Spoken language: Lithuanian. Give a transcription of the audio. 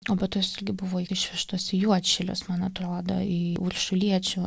o be to jos irgi buvo išvežtos į juodšilius man atrodo į uršuliečių